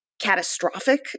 catastrophic